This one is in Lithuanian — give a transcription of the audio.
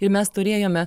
ir mes turėjome